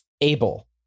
able